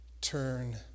turn